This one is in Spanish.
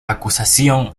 acusación